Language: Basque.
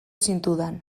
zintudan